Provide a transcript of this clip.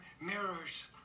mirrors